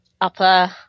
upper